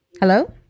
Hello